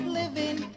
living